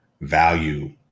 value